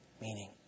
meaning